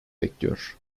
bekliyor